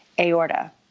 aorta